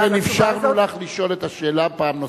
לכן אפשרנו לך לשאול את השאלה פעם נוספת.